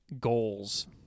goals